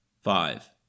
Five